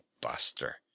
Buster